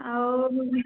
ଆଉ